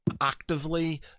actively